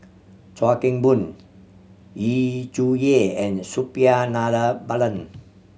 Chuan Keng Boon Yu Zhuye and Suppiah Dhanabalan